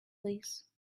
this